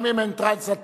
גם אם הן טרנס-אטלנטיות.